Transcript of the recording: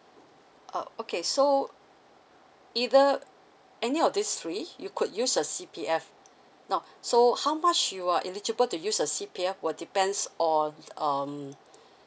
oh okay so either any of these three you could use a C_P_F no so how much you are eligible to use a C_P_F will depends on um